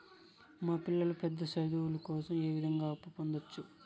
మా పిల్లలు పెద్ద చదువులు కోసం ఏ విధంగా అప్పు పొందొచ్చు?